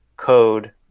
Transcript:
code